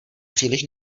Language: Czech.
příliš